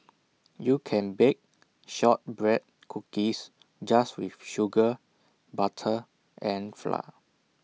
you can bake Shortbread Cookies just with sugar butter and flour